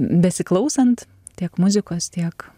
besiklausant tiek muzikos tiek